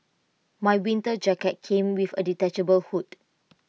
my winter jacket came with A detachable hood